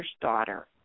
daughter